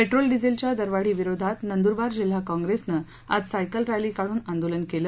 petrol डिझेलच्या दरवाढीविरोधात नंद्रबार जिल्हा कॉप्रेसनं आज सायकल रॅली काढून आंदोलन केलं